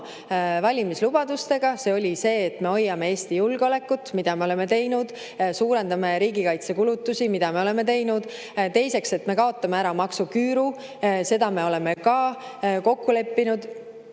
valimislubadustega. [Esiteks] oli see, et me hoiame Eesti julgeolekut, mida me oleme teinud, ja suurendame riigikaitsekulutusi, mida me oleme teinud. Teiseks, et me kaotame ära maksuküüru. Seda me oleme ka kokku leppinud.